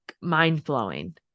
mind-blowing